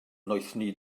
noethni